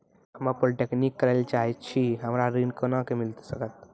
हम्मे पॉलीटेक्निक करे ला चाहे छी हमरा ऋण कोना के मिल सकत?